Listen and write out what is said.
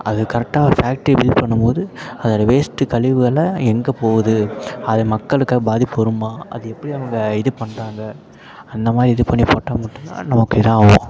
அது கரெக்டாக ஒரு ஃபேக்ட்ரியை பில்ட் பண்ணும்போது அதை வேஸ்ட்டு கழிவுகள எங்கே போகுது அது மக்களுக்கு எதாவது பாதிப்பு வருமா அது எப்படி அவங்க இது பண்ணுறாங்க அந்த மாதிரி இது பண்ணி போட்டால் மட்டும்தான் நமக்கு இது ஆகும்